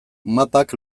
mapak